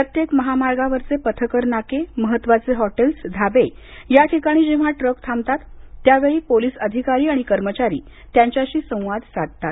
प्रत्येक महामार्गावरचे पथकर नाके महत्त्वाचे हॉटेल धाबे या ठिकाणी जेव्हा ट्रक थांबतात त्यावेळी पोलिस अधिकारी आणि कर्मचारी त्यांच्याशी संवाद साधतात